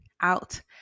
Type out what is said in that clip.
out